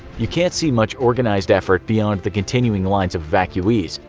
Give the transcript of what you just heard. you can't see much organized effort beyond the continuing lines of evacuees,